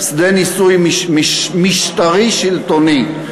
שדה ניסוי משטרי שלטוני.